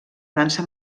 dansa